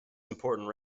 important